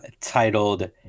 titled